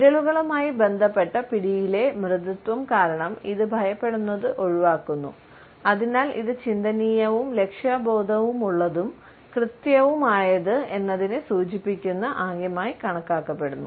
വിരലുകളുമായി ബന്ധപ്പെട്ട പിടിയിലെ മൃദുത്വം കാരണം ഇത് ഭയപ്പെടുത്തുന്നത് ഒഴിവാക്കുന്നു അതിനാൽ ഇത് ചിന്തനീയവും ലക്ഷ്യബോധമുള്ളതും കൃത്യവുമായത് എന്നതിനെ സൂചിപ്പിക്കുന്ന ആംഗ്യമായി കണക്കാക്കപ്പെടുന്നു